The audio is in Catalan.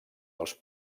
els